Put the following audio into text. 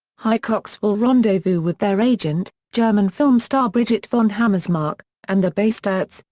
hicox will rendezvous with their agent, german film star bridget von hammersmark, and the basterds,